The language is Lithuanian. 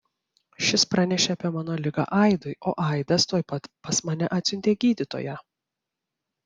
šis pranešė apie mano ligą aidui o aidas tuoj pat pas mane atsiuntė gydytoją